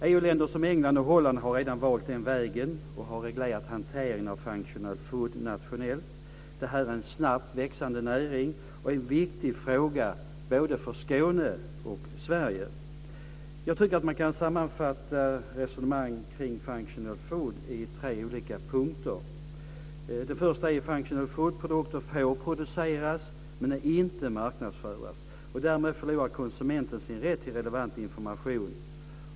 EU-länder som England och Holland har redan valt den vägen och har reglerat hanteringen av functional food nationellt. Detta är en snabbt växande näring och en viktig fråga både för Skåne och för Sverige. Jag tycker att man kan sammanfatta resonemang kring functional food i tre olika punkter. Den första är att functional food-produkter får produceras men inte marknadsföras. Därmed förlorar konsumenten sin rätt till relevant information.